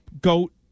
Goat